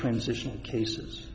transitional cases